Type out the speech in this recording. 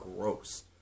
gross